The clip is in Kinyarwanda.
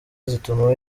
zituma